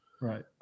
Right